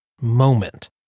moment